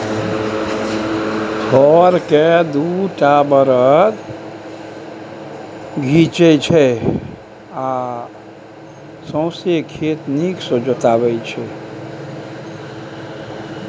हर केँ दु टा बरद घीचय आ सौंसे खेत नीक सँ जोताबै